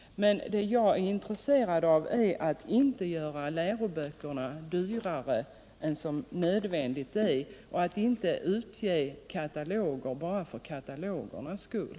Det jag är intresserad av är att läroböckerna inte skall göras dyrare än nödvändigt och att man inte skall utge kataloger bara för katalogernas skull.